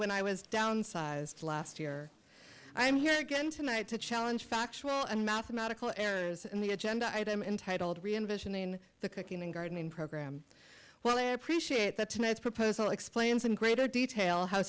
when i was downsized last year i am here again tonight to challenge factual and mathematical errors in the agenda item entitled reinvention in the cooking and gardening program well i appreciate that tonight's proposal explains in greater detail how